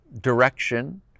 direction